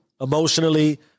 emotionally